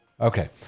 Okay